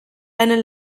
eine